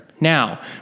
Now